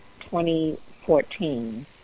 2014